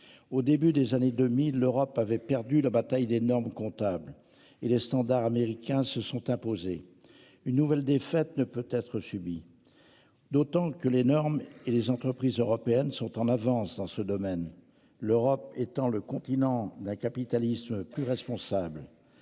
Au début des années 2000, l'Europe avait perdu la bataille des normes comptables et les standards américains se sont imposés une nouvelle défaite ne peut être subi. D'autant que les normes et les entreprises européennes sont en avance dans ce domaine, l'Europe étant le continent d'un capitalisme plus responsable